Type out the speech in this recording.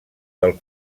del